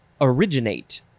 originate